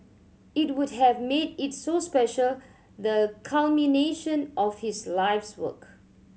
it would have made it so special the culmination of his life's work